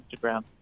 Instagram